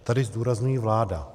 Tady zdůrazňuji vláda.